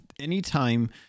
Anytime